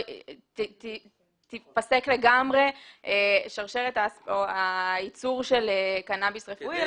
וייפסק לגמרי הייצור של קנאביס רפואי.